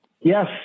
yes